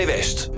West